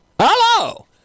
Hello